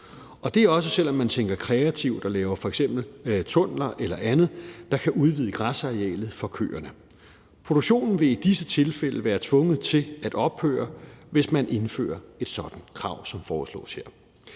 og det gælder også, selv om man tænker kreativt og f.eks. laver tunneler eller andet, der kan udvide græsarealet for køerne. Produktionen vil i disse tilfælde være tvunget til at ophøre, hvis man indfører et sådant krav, som foreslås her.